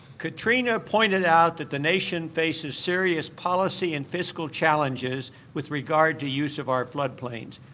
katrina pointed out that the nation faces serious policy and fiscal challenges with regard to use of our flood plains.